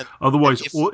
otherwise